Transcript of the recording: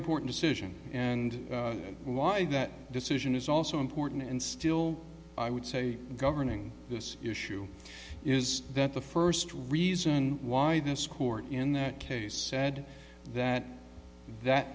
important decision and why that decision is also important and still i would say governing this issue is that the first reason why this court in that case said that that